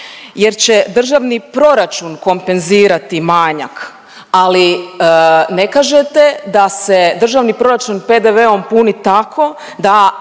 jer će državni proračun kompenzirati manjak. Ali ne kažete da se državni proračun PDV-om puni tako da